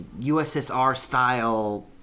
USSR-style